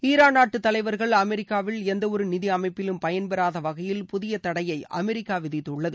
Iran நாட்டு தலைவர்கள் அமெரிக்காவில் எந்தவொரு நிதி அமைப்பிலும் பயன்பெறாத வகையில் புதிய தடையை அமெரிக்கா விதித்துள்ளது